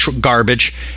garbage